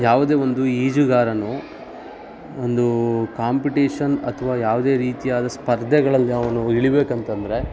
ಯಾವುದೇ ಒಂದು ಈಜುಗಾರನು ಒಂದು ಕಾಂಪಿಟೇಷನ್ ಅಥವಾ ಯಾವುದೇ ರೀತಿಯಾದ ಸ್ಪರ್ಧೆಗಳಲ್ಲಿ ಅವನು ಇಳೀಬೇಕಂತಂದ್ರೆ